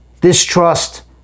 distrust